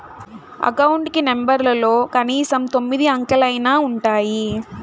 account కి నెంబర్లలో కనీసం తొమ్మిది అంకెలైనా ఉంటాయి